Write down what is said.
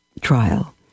trial